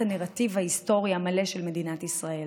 הנרטיב ההיסטורי המלא של מדינת ישראל,